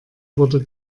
wurde